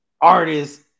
artists